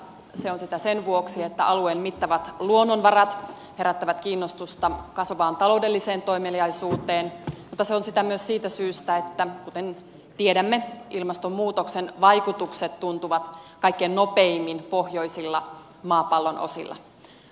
se on sitä sen vuoksi että alueen mittavat luonnonvarat herättävät kiinnostusta kasvavaan taloudelliseen toimeliaisuuteen mutta se on sitä myös siitä syystä kuten tiedämme että ilmastonmuutoksen vaikutukset tuntuvat kaikkein nopeimmin pohjoisilla maapallon osilla